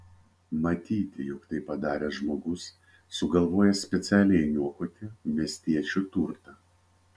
matyti jog tai padarė žmogus sugalvojęs specialiai niokoti miestiečių turtą